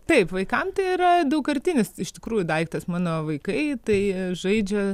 taip vaikam tai yra daugkartinis iš tikrųjų daiktas mano vaikai tai žaidžia